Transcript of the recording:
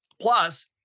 Plus